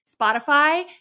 Spotify